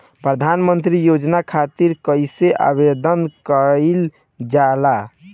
प्रधानमंत्री योजना खातिर कइसे आवेदन कइल जाला?